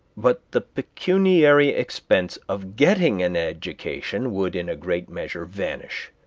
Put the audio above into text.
but the pecuniary expense of getting an education would in a great measure vanish.